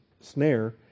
snare